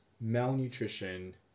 malnutrition